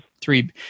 three